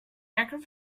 aircraft